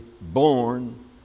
born